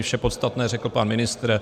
Vše podstatné řekl pan ministr.